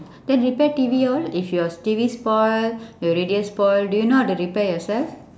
then repair T_V all if your T_V spoil the radio spoil do you know how to repair yourself